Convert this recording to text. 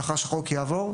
לאחר שהחוק יעבור.